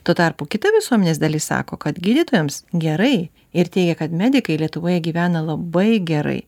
tuo tarpu kita visuomenės dalis sako kad gydytojams gerai ir teigia kad medikai lietuvoje gyvena labai gerai